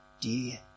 dear